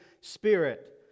Spirit